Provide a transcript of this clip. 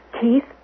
Keith